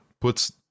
puts